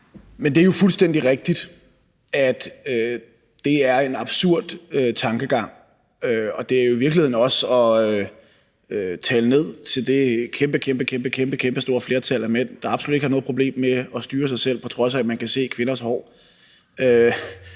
(V): Det er jo fuldstændig rigtigt, at det er en absurd tankegang, og det er i virkeligheden også at tale ned til det kæmpe, kæmpe store flertal af mænd, der absolut ikke har noget problem med at styre sig selv, på trods af at de kan se kvinders hår,